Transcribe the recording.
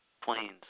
planes